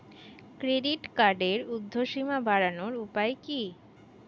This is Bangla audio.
ক্রেডিট কার্ডের উর্ধ্বসীমা বাড়ানোর উপায় কি?